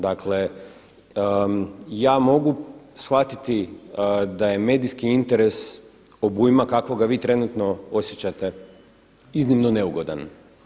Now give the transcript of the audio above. Dakle, ja mogu shvatiti da je medijski interes obujma kakvoga vi trenutno osjećate iznimno neugodan.